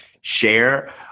share